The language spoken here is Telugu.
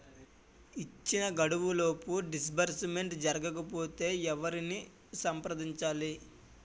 ఇచ్చిన గడువులోపు డిస్బర్స్మెంట్ జరగకపోతే ఎవరిని సంప్రదించాలి?